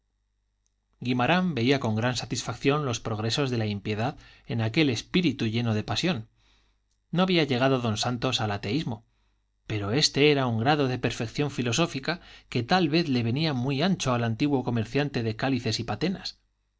guimarán veía con gran satisfacción los progresos de la impiedad en aquel espíritu lleno de pasión no había llegado don santos al ateísmo pero este era un grado de perfección filosófica que tal vez le venía muy ancho al antiguo comerciante de cálices y patenas